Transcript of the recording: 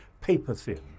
paper-thin